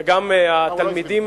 וגם התלמידים,